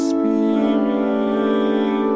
Spirit